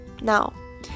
Now